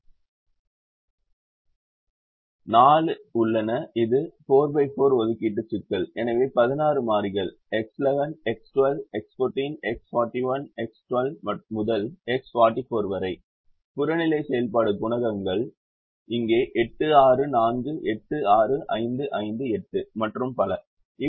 எனவே 4 உள்ளன இது 44 ஒதுக்கீட்டு சிக்கல் எனவே 16 மாறிகள் X11 X12 X14 X41 X12 முதல் X44 வரை புறநிலை செயல்பாடு குணகங்கள் இங்கே 8 6 4 8 6 5 5 8 மற்றும் பல